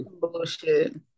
bullshit